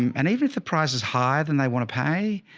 um and even if the price is higher than they wanna pay,